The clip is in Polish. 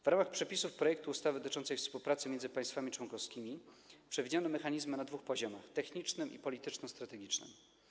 W ramach przepisów projektu ustawy dotyczących współpracy między państwami członkowskimi przewidziano mechanizmy na dwóch poziomach: technicznym i polityczno-strategicznym.